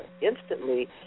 instantly